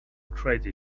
crazy